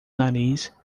nariz